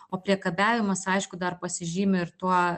o priekabiavimas aišku dar pasižymi ir tuo